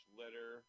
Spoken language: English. litter